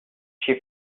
she